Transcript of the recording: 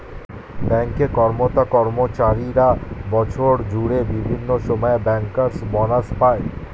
bank এ কর্মরত কর্মচারীরা বছর জুড়ে বিভিন্ন সময়ে ব্যাংকার্স বনাস পায়